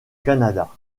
canada